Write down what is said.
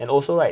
and also right